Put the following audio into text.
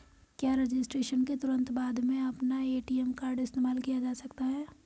क्या रजिस्ट्रेशन के तुरंत बाद में अपना ए.टी.एम कार्ड इस्तेमाल किया जा सकता है?